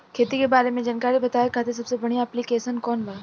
खेती के बारे में जानकारी बतावे खातिर सबसे बढ़िया ऐप्लिकेशन कौन बा?